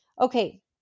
Okay